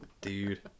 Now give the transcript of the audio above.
Dude